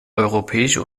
europäische